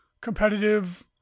competitive